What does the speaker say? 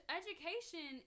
education